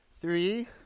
Three